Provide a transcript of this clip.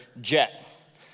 jet